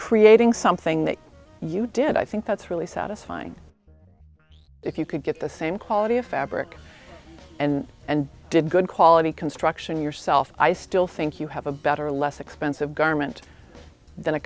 creating something that you did i think that's really satisfying if you could get the same quality of fabric and and did good quality construction yourself i still think you have a better less expensive garment than a